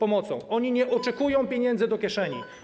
Oni nie oczekują pieniędzy do kieszeni.